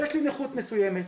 ויש לי נכות מסוימת,